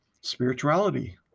spirituality